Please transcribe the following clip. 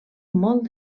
molt